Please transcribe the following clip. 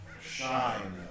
shine